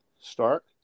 start